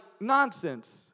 nonsense